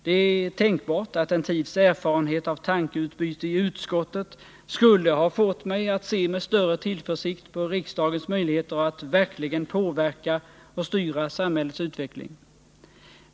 Det är tänkbart att en tids erfarenhet av tankeutbyte i utskottet skulle ha fått mig att se med större tillförsikt på riksdagens möjligheter att verkligen påverka och styra samhällets utveckling.